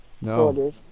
no